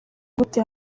gute